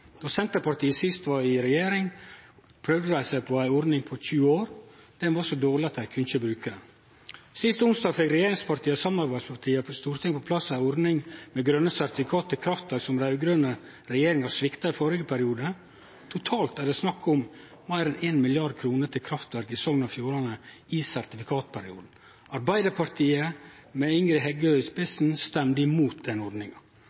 Då Senterpartiet sist var i regjering, prøvde dei seg på ei ordning på 20 år. Ho var så dårleg at dei kunne ikkje bruke ho. Sist onsdag fekk regjeringspartia og samarbeidspartia på Stortinget på plass ei ordning med grøne sertifikat til kraftverk, som den raud-grøne regjeringa svikta i førre periode. Totalt er det snakk om meir enn 1 mrd. kr til kraftverk i Sogn og Fjordane i sertifikatperioden. Arbeidarpartiet, med Ingrid Heggø i spissen, stemde imot den ordninga.